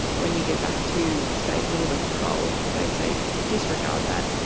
when you get back to say the northern control, they say disregard that,